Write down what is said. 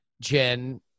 jen